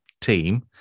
team